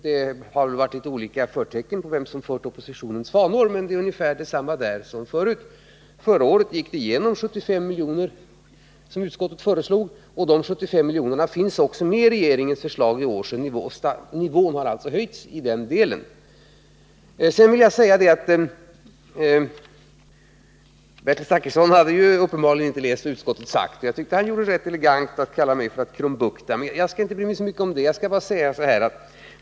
Det har varit olika förtecken på dem som fört oppositionens fanor, men man har gjort samma sak. Förra året gick utskottets förslag om 75 miljoner igenom, och de 75 miljonerna finns också med i regeringens förslag i år. Nivån har alltså höjts i den delen. Bertil Zachrisson hade uppenbarligen inte läst vad utskottet sagt, och han uttryckte sig rätt elegant när han talade om mina krumbukter. Men jag bryr mig inte så mycket om det.